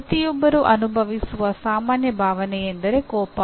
ಪ್ರತಿಯೊಬ್ಬರೂ ಅನುಭವಿಸುವ ಸಾಮಾನ್ಯ ಭಾವನೆಯೆಂದರೆ ಕೋಪ